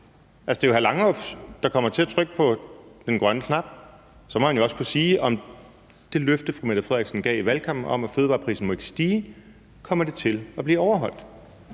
hr. Rasmus Horn Langhoff, der kommer til at trykke på den grønne knap, og så må han jo også kunne sige, om det løfte, fru Mette Frederiksen gav i valgkampen, om, at fødevarepriserne ikke må stige, vil blive overholdt.